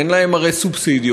אין להם הרי סובסידיות,